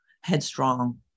headstrong